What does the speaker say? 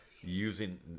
using